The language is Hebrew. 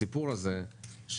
הסיפור הזה של